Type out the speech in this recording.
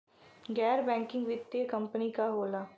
गैर बैकिंग वित्तीय कंपनी का होला?